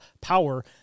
power